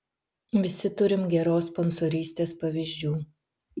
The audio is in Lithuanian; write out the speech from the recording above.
visi turim geros sponsorystės pavyzdžių